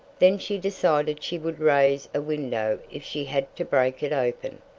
then she decided she would raise a window if she had to break it open.